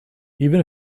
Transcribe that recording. even